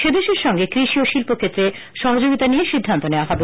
সেদেশের সঙ্গে কৃষি ও শিল্প ক্ষেত্রে সহযোগিতা নিয়ে সিদ্ধান্ত নেবে